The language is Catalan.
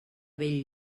bell